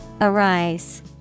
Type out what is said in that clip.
Arise